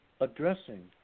addressing